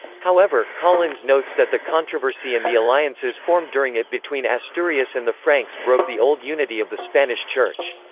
however, collins notes that the controversy and the alliances formed during it between asturias and the franks broke the old unity of the spanish church.